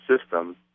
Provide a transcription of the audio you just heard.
system